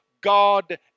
God